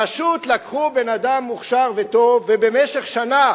פשוט לקחו בן-אדם מוכשר וטוב, ובמשך שנה